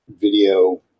video